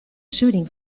shooting